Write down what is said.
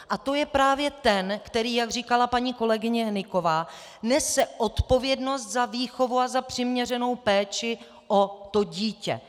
A to je právě ten, který, jak říkala paní kolegyně Hnyková, nese odpovědnost za výchovu a za přiměřenou péči o to dítě.